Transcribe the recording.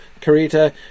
Carita